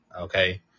Okay